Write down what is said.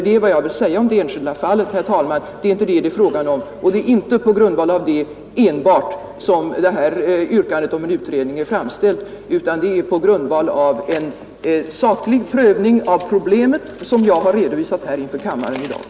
Det är vad jag ville säga om det enskilda fallet, herr talman, men det är inte det som det är fråga om, och det är sannerligen inte enbart på grundval av detta som yrkandet om en utredning är framställt. Det är framställt på grundval av behovet av en saklig prövning av de problem som jag har redovisat inför kammaren här i dag.